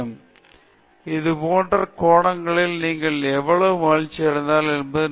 பேராசிரியர் பிரதாப் ஹரிதாஸ் எனவே இதேபோன்ற கோணங்களில் நீங்கள் எவ்வளவு மகிழ்ச்சியடைந்திருந்தாலும் எதிர் நோக்கி செல்லலாம்